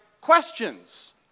questions